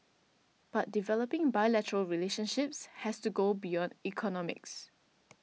but developing bilateral relationships has to go beyond economics